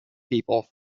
people